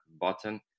button